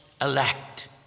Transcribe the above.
elect